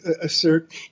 assert